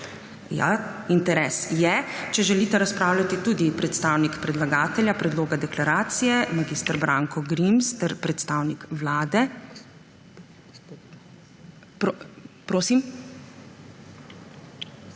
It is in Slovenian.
Interes je. Če želita razpravljati tudi predstavnik predlagatelja predloga deklaracije mag. Branko Grims ter predstavnik Vlade, prosim,